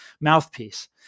mouthpiece